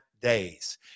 days